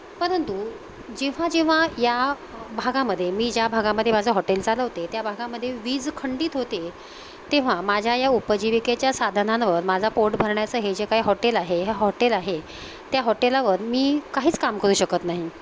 परंतु जेव्हा जेव्हा या भागामध्ये मी ज्या भागामध्ये माझं हॉटेल चालवते त्या भागामध्ये वीज खंडित होते तेव्हा माझ्या या उपजीविकेच्या साधनांवर माझं पोट भरण्याचं हे जे काही हॉटेल आहे ह्या हॉटेल आहे त्या हॉटेलावर मी काहीच काम करू शकत नाही